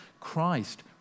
Christ